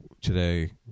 today